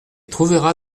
trouvera